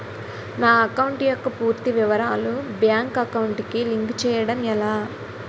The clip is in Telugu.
నా అకౌంట్ యెక్క పూర్తి వివరాలు బ్యాంక్ అకౌంట్ కి లింక్ చేయడం ఎలా?